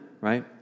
right